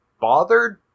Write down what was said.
bothered